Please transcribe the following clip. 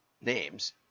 names